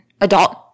adult